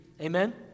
Amen